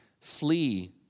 flee